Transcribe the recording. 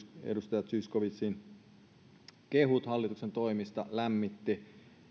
edustaja zyskowiczin kehut hallituksen toimista lämmittivät